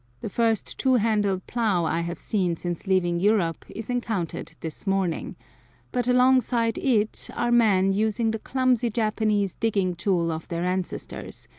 the first two-handled plough i have seen since leaving europe is encountered this morning but alongside it are men using the clumsy japanese digging-tool of their ancestors,